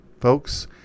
folks